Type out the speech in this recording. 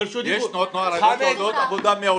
יש תנועות נוער ערביות שעושות תנועה מעולה.